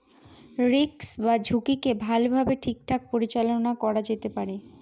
risk বা ঝুঁকিকে ভালোভাবে ঠিকঠাক পরিচালনা করা যেতে পারে